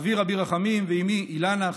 אבי רבי רחמים ואימי אילנה,